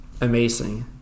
amazing